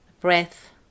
breath